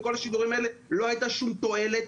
בכל השידורים האלה לא הייתה שום תועלת